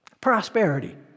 Prosperity